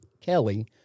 Kelly